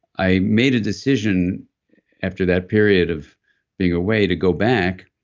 i made a decision after that period of being ah way to go back,